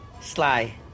sly